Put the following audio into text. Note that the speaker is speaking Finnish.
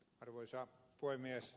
arvoisa puhemies